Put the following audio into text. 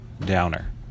Downer